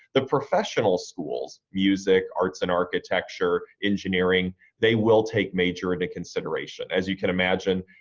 the professional schools music, arts and architecture, engineering they will take major into consideration. as you can imagine,